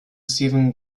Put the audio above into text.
stephen